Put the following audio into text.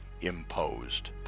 imposed